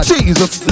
Jesus